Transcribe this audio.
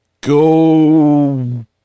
Go